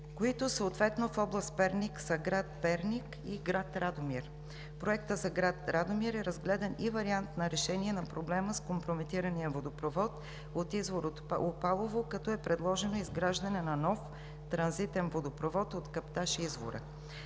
които съответно в област Перник са град Перник и град Радомир. В проекта за град Радомир е разгледан и вариант на решение на проблема с компрометирания водопровод от извор „Опалово“, като е предложено изграждане на нов транзитен водопровод от каптаж „Извора“,